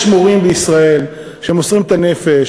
יש מורים בישראל שמוסרים את הנפש,